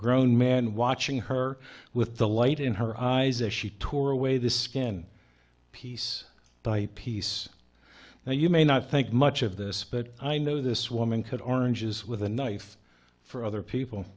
grown man watching her with the light in her eyes as she tore away the skin piece by piece now you may not think much of this but i know this woman could oranges with a knife for other people